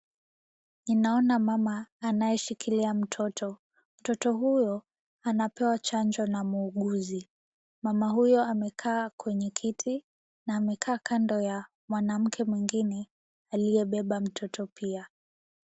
Ninaona mama anayeshikilia mtoto. Mtoto huyo anapewa chanjo na muuguzi. Mama huyo amekaa kwenye kiti na amekaa kando ya mwanamke mwingine aliyebeba mtoto pia.